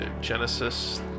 Genesis